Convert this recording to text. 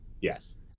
yes